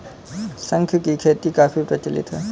शंख की खेती काफी प्रचलित है